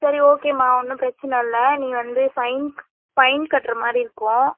சரி ஓகேம்மா ஒன்றும் பிரச்சனை இல்லை நீ வந்து ஃபைன் ஃபைன் கட்டுற மாதிரி இருக்கும்